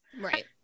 Right